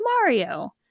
Mario